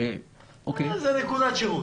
זה נקודת שירות.